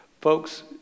folks